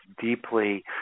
deeply